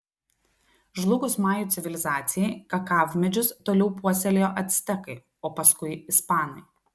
žlugus majų civilizacijai kakavmedžius toliau puoselėjo actekai o paskui ispanai